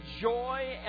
joy